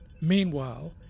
Meanwhile